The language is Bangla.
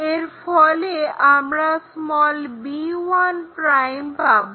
এর ফলে আমরা b1' পাবো